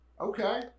Okay